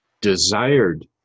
desired